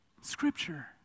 Scripture